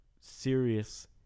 serious